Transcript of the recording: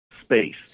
space